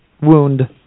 wound